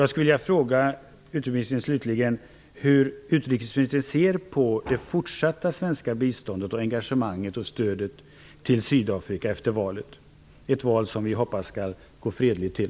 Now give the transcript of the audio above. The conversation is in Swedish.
Jag skulle till sist vilja fråga hur utrikesministern ser på det fortsatta svenska biståndet, engagemanget och stödet till Sydafrika efter valet, ett val som vi hoppas skall gå fredligt till.